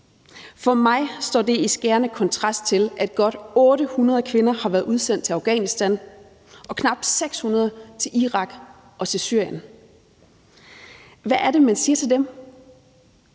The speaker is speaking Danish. For mig står det i skærende kontrast til, at godt 800 kvinder har været udsendt til Afghanistan og knap 600 til Irak og til Syrien. Hvad er det, man siger til dem?